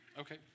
Okay